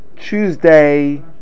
Tuesday